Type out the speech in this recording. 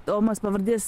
tomas pavardės